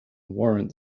warrant